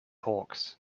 hawks